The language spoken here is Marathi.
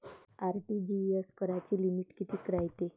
आर.टी.जी.एस कराची लिमिट कितीक रायते?